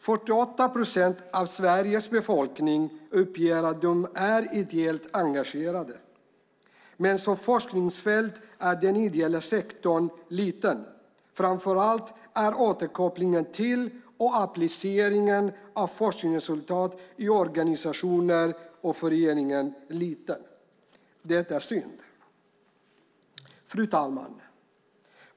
48 procent av Sveriges befolkning uppger att de är ideellt engagerade. Men som forskningsfält är den ideella sektorn liten, och framför allt är återkopplingen till och appliceringen av forskningsresultat i organisationer och föreningar liten. Det är synd. Fru talman!